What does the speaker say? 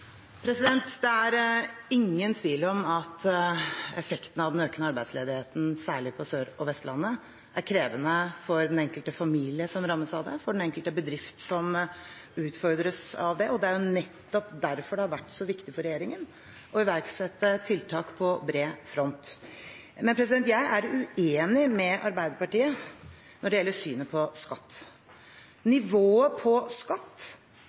Det er ingen tvil om at effekten av den økende arbeidsledigheten, særlig på Sør- og Vestlandet, er krevende for den enkelte familie som rammes av det, og for den enkelte bedrift som utfordres av det, og det er nettopp derfor det har vært så viktig for regjeringen å iverksette tiltak på bred front. Men jeg er uenig med Arbeiderpartiet når det gjelder synet på skatt. Nivået på skatt